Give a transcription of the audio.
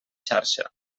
xarxa